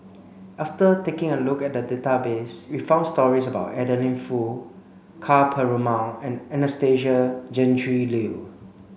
after taking a look at the database we found stories about Adeline Foo Ka Perumal and Anastasia Tjendri Liew